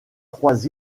trois